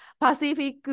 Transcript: Pacific